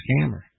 scammer